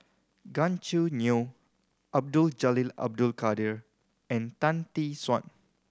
Gan Choo Neo Abdul Jalil Abdul Kadir and Tan Tee Suan